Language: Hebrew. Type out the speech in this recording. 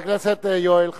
חבר הכנסת יואל חסון.